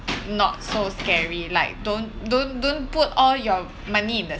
not so scary like don't don't don't put all your money in that